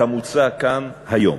כמוצע כאן היום.